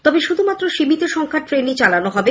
তবে শুধুমাত্র সীমিত সংখ্যার ট্রেন চালানো হবে